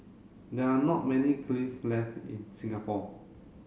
there are not many left in Singapore